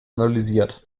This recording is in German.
analysiert